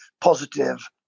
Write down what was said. positive